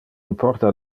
importa